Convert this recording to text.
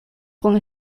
con